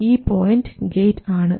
ഈ point gate ആണ്